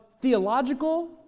Theological